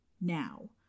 now